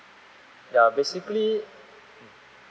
ya basically mm